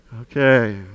Okay